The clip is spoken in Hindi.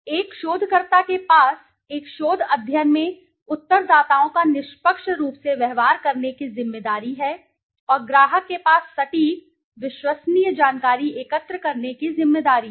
एक शोधकर्ता के पास एक शोध अध्ययन में उत्तरदाताओं का निष्पक्ष रूप से व्यवहार करने की जिम्मेदारी है और ग्राहक के पास सटीक विश्वसनीय जानकारी एकत्र करने की जिम्मेदारी है